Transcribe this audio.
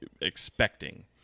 expecting